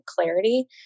clarity